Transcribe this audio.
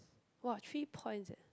!wah! three points sia